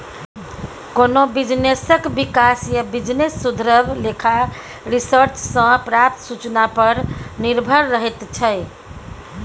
कोनो बिजनेसक बिकास या बिजनेस सुधरब लेखा रिसर्च सँ प्राप्त सुचना पर निर्भर रहैत छै